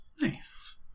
Nice